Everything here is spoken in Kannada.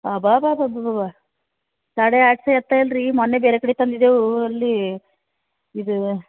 ಅಬಾಬಬಬಬಬ ಸಾಡೆ ಆಟ್ಶೇ ಅಷ್ಟೇ ಅಲ್ಲರೀ ಮೊನ್ನೆ ಬೇರೆ ಕಡೆ ತಂದಿದೇವು ಅಲ್ಲಿ ಇದು